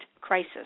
crisis